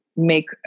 make